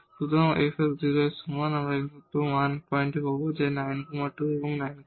সুতরাং fx 0 এর সমান আমরা মাত্র 1 পয়েন্ট পাব যা 92 এবং 92